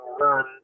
run